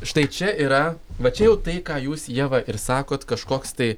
štai čia yra va čia jau tai ką jūs ieva ir sakot kažkoks tai